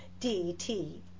DT